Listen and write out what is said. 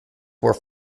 were